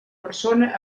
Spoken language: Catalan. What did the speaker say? persona